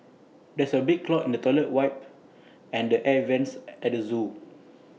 there is A big clog in the toilet wipe and the air Vents at the Zoo